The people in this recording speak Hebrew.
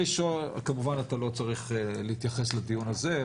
כמובן שאתה לא צריך להתייחס לדיון הזה,